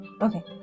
Okay